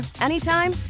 anytime